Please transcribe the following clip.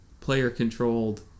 player-controlled